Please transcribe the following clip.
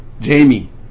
Jamie